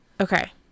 Okay